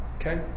Okay